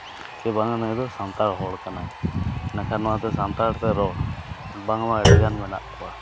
ᱥᱮ ᱵᱟᱝ ᱟᱭ ᱱᱩᱭ ᱫᱚ ᱥᱟᱱᱛᱟᱲ ᱦᱚᱲ ᱠᱟᱱᱟᱭ ᱤᱱᱟᱹ ᱠᱷᱟᱱ ᱱᱚᱣᱟᱛᱮ ᱥᱟᱱᱛᱟᱲᱛᱮ ᱨᱚᱲ ᱵᱟᱝᱢᱟ ᱟᱹᱰᱤ ᱜᱟᱱ ᱢᱮᱱᱟᱜ ᱠᱚᱣᱟ